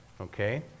okay